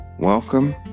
Welcome